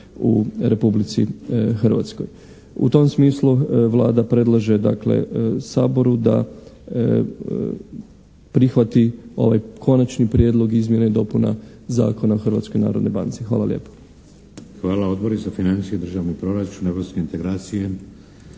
u Republici Hrvatskoj. U tom smislu Vlada predlaže dakle Saboru da prihvati ovaj Konačni prijedlog izmjena i dopuna Zakona o Hrvatskoj narodnoj banci. Hvala lijepa.